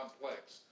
complex